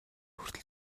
хүртэл